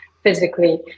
physically